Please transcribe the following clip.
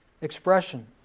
expression